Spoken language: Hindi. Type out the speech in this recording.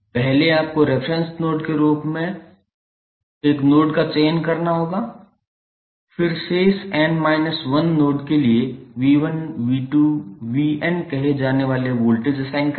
पहले आपको रेफेरेंस नोड के रूप में एक नोड का चयन करना होगा फिर शेष n 1 नोड के लिए 𝑉1 𝑉2 𝑉𝑛 कहे जाने वाले वोल्टेज असाइन करें